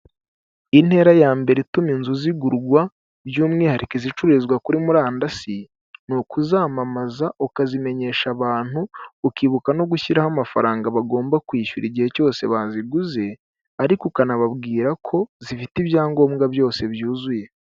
Intera ya mbere ituma inzu zigurwa, by'umwihariko izicuruzwa kuri murandasi, ni ukuzamamaza ukazimenyesha abantu, ukibuka no gushyiraho amafaranga bagomba kwishyura igihe cyose baziguze, ariko ukanababwira ko zifite ibyangombwa byose byuzuye.